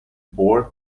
board